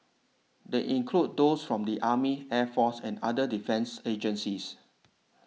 they include those from the army air force and other defence agencies